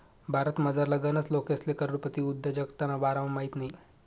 भारतमझारला गनच लोकेसले करोडपती उद्योजकताना बारामा माहित नयी